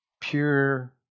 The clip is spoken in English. pure